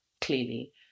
clearly